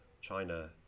China